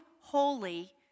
holy